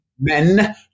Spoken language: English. Men